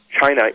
China